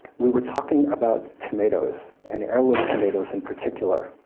we were talking about tomatoes, and heirloom tomatoes in particular,